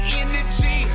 energy